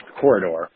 corridor